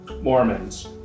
Mormons